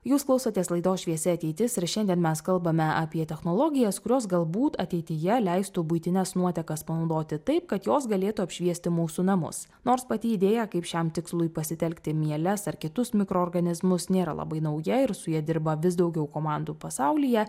jūs klausotės laidos šviesi ateitis ir šiandien mes kalbame apie technologijas kurios galbūt ateityje leistų buitines nuotekas panaudoti taip kad jos galėtų apšviesti mūsų namus nors pati idėja kaip šiam tikslui pasitelkti mieles ar kitus mikroorganizmus nėra labai nauja ir su ja dirba vis daugiau komandų pasaulyje